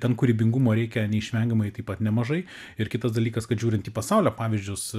ten kūrybingumo reikia neišvengiamai taip pat nemažai ir kitas dalykas kad žiūrint į pasaulio pavyzdžius